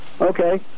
Okay